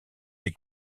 des